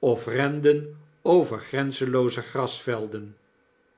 of renden over grenzenlooze